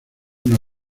una